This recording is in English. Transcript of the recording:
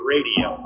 Radio